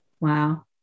Wow